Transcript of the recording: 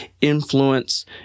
influence